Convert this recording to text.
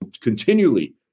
continually